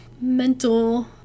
mental